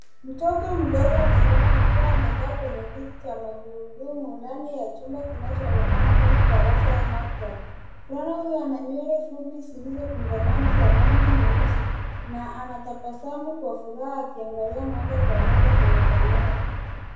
Mtoto mdogo mvulana akiwa amekaa kwenye kiti cha magurudumu ndani ya chumba kinachoonekana kama darasa au maktaba. Mvulana huyu ana nywele fupi zilizokunjamana za rangi nyeusi na anatabasamu kwa furaha akiangalia moja kwa moja kwenye kamera.